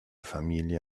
familie